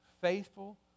Faithful